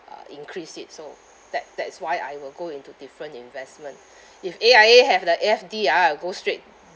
uh increase it so that that is why I will go into different investment if A_I_A have the F_D ah I'll go straight